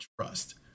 trust